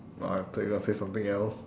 !wah! I thought you want to say something else